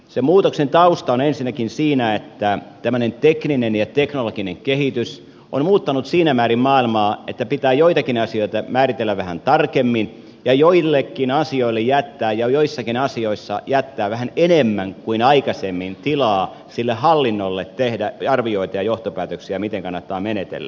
se muutoksen tausta on ensinnäkin siinä että tämmöinen tekninen ja teknologinen kehitys on muuttanut siinä määrin maailmaa että pitää joitakin asioita määritellä vähän tarkemmin ja joissakin asioissa jättää vähän enemmän kuin aikaisemmin tilaa sille hallinnolle tehdä arvioita ja johtopäätöksiä miten kannattaa menetellä